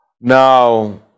Now